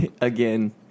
again